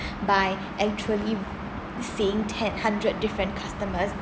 by actually seeing ten hundred different customers